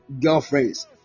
girlfriends